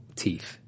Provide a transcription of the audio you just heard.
teeth